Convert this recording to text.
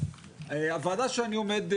ומה אני רוצה מהדיון הזה.